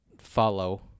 follow